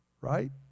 right